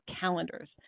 calendars